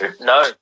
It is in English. No